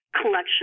collection